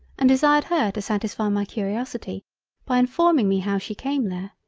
and desired her to satisfy my curiosity by informing me how she came there,